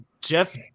Jeff